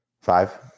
Five